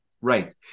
Right